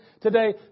today